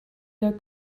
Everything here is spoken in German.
der